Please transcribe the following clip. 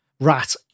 Rat